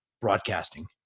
broadcasting